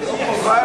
אז שיאסרו.